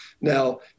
Now